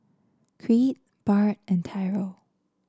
Creed Bart and Tyrel